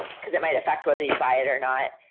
because it might affect whether you buy it or not,